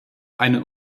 einen